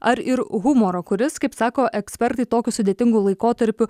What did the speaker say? ar ir humoro kuris kaip sako ekspertai tokiu sudėtingu laikotarpiu